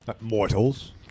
Mortals